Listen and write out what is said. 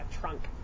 trunk